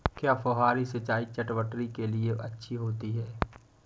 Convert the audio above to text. क्या फुहारी सिंचाई चटवटरी के लिए अच्छी होती है?